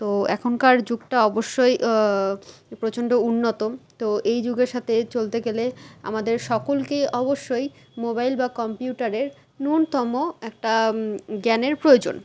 তো এখনকার যুগটা অবশ্যই প্রচণ্ড উন্নত তো এই যুগের সাথে চলতে গেলে আমাদের সকলকেই অবশ্যই মোবাইল বা কম্পিউটারের ন্যূনতম একটা জ্ঞানের প্রয়োজন